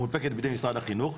המונפקת בידי משרד החינוך,